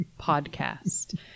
podcast